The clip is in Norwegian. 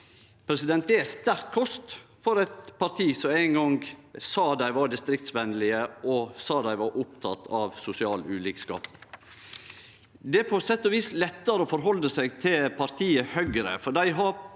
Det er sterk kost for eit parti som ein gong sa dei var distriktsvenlege og opptekne av sosial ulikskap. Det er på sett og vis lettare å forhalde seg til partiet Høgre,